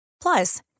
Plus